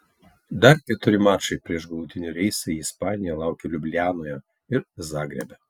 dar keturi mačai prieš galutinį reisą į ispaniją laukia liublianoje ir zagrebe